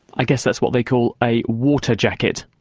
i guess that's what they call a water jacket.